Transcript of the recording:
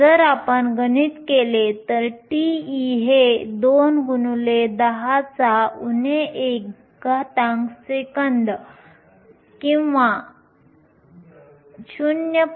जर आपण गणित केले तर τe हे 2 x 10 1 सेकंद किंवा 0